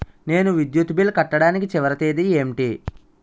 నేను విద్యుత్ బిల్లు కట్టడానికి చివరి తేదీ ఏంటి?